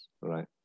right